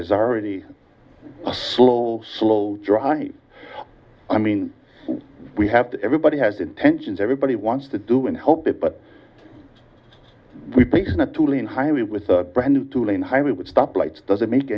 is already a slow slow dry i mean we have to everybody has intentions everybody wants to do and hope it but we place in a two lane highway with a brand new two lane highway with stop lights doesn't make